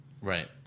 Right